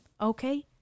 okay